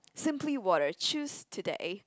Simply Water choose today